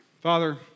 Father